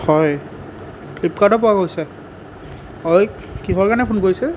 হয় ফ্লিপকাৰ্টৰ পৰা কৈছে হয় কিহৰ কাৰণে ফোন কৰিছে